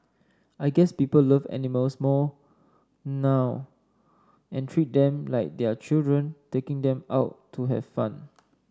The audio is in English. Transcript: I guess people love animals more now and treat them like their children taking them out to have fun